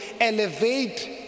elevate